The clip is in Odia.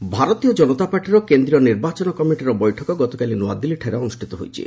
ବିଜେପି ସିଇସି ଭାରତୀୟ କନତା ପାର୍ଟିର କେନ୍ଦ୍ରୀୟ ନିର୍ବାଚନ କମିଟିର ବୈଠକ ଗତକାଲି ନୂଆଦିଲ୍ଲୀଠାରେ ଅନୁଷ୍ଠିତ ହୋଇଛି